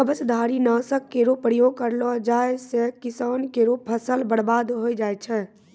कवचधारी? नासक केरो प्रयोग करलो जाय सँ किसान केरो फसल बर्बाद होय जाय छै